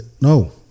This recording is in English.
No